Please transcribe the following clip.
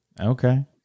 Okay